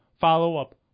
follow-up